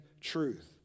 truth